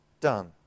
done